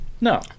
No